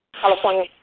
California